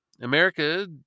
America